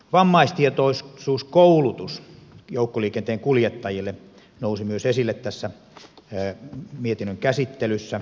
vammaistietoisuuskoulutus joukkoliikenteen kuljettajille nousi myös esille tässä mietinnön käsittelyssä